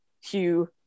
Hugh